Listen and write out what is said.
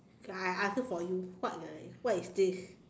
okay I I answer for you what what is this